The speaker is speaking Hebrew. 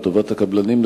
לטובת הקבלנים,